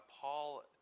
Paul